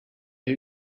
who